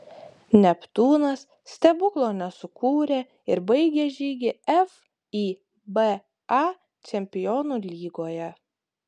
neptūnas stebuklo nesukūrė ir baigė žygį fiba čempionų lygoje